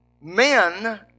Men